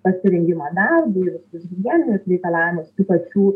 pasirengimą darbui visus higieninius reikalavimus tų pačių